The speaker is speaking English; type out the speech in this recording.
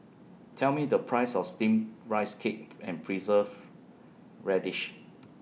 Tell Me The Price of Steamed Rice Cake and Preserved Radish